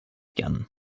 gern